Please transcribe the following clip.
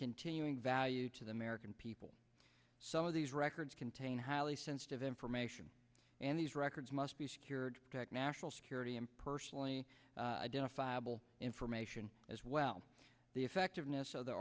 continuing value to the american people some of these records contain highly sensitive information and these records must be secured national security and personally identifiable information as well the effectiveness of the